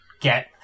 get